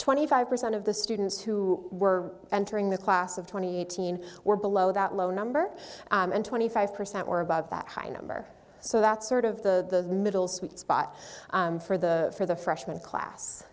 twenty five percent of the students who were entering the class of twenty eighteen were below that low number and twenty five percent or about that high number so that's sort of the middle sweet spot for the for the freshman class